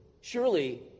surely